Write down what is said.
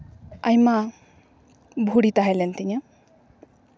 ᱟᱭᱢᱟ ᱵᱷᱩᱲᱤ ᱛᱟᱦᱮᱸ ᱞᱮᱱ ᱛᱤᱧᱟᱹ